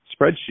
spreadsheet